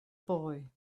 boy